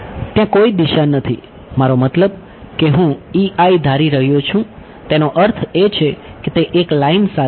ત્યાં કોઈ દિશા નથી મારો મતલબ કે હું E I ધારી રહ્યો છું તેનો અર્થ એ છે કે તે એક લાઇન સાથે છે